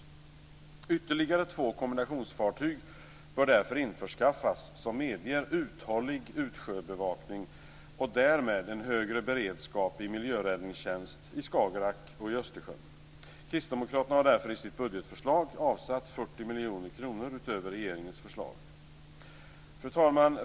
Det bör därför införskaffas ytterligare två kombinationsfartyg som medger uthållig utsjöbevakning och därmed en högre beredskap i miljöräddningstjänst i Skagerrak och i Östersjön. Kristdemokraterna har därför i sitt budgetförslag avsatt 40 miljoner kronor utöver regeringens förslag. Fru talman!